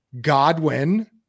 Godwin